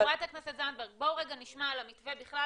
חברת הכנסת זנדברג, בואו נשמע על המתווה בכלל.